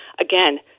Again